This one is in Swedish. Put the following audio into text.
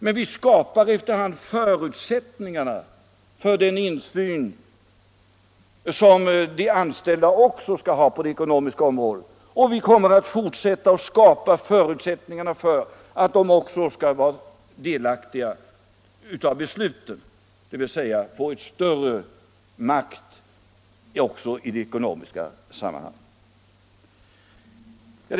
Men vi skapar efter hand förutsättningarna för den insyn som de anställda också skall ha på det ekonomiska området, och vi kommer att fortsätta att skapa förutsättningar för att de skall vara delaktiga av besluten, dvs. få större makt även i de ekonomiska sammanhangen.